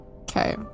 Okay